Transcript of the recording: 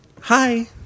hi